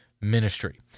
ministry